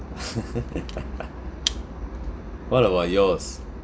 what about yours